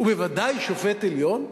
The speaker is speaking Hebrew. ובוודאי שופט העליון.